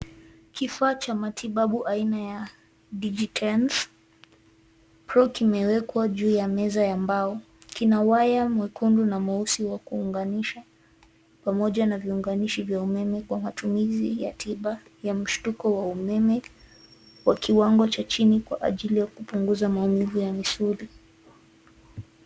Kifaa cha matibabu aina ya (cs) digi tens (cs) kikiwa kimewekwa juu ya meza ya mbao, kina waya mwekundu na mweusi kwa kuunganisha pamoja viunganishi vya umeme kwa matumizi ya tiba ya mshtuko wa umeme kwa kiwango cha chini kwa ajili ya kupunguza maumivu ya misuli.